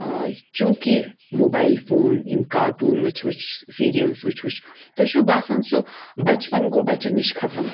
چوٗنٛکہِ mobile phone یِم cartoon وٕچھ وٕچھ سیٖریَلٕز وٕچھ وٕچھ تۄہہِ چھُو باسان سُہ بَچپَن گوٚو بَچَن نِش ختم